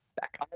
back